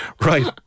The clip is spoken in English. right